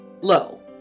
low